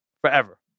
Forever